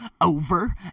over